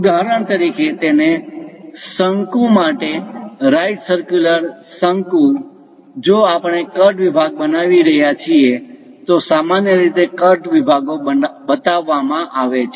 ઉદાહરણ તરીકે તેન શંકુ માટે રાઈટ સરક્યુલર શંકુ right circular cone right circular cone જો આપણે કટ વિભાગ બનાવી રહ્યા છીએ તો સામાન્ય રીતે કટ વિભાગો બતાવવામાં આવે છે